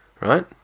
right